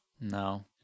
No